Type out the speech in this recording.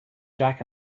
jack